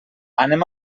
anem